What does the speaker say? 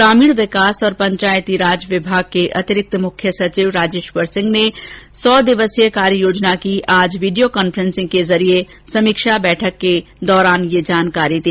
ग्रामीण विकास और पंचायती राज विभाग के अतिरिक्त मुख्य सचिव राजेश्वर सिंह ने आज सौ दिवसीय कार्य योजना की वीडियो कांफ्रेसिंग के जरिए की गई समीक्षा के दौरान यह जानकारी दी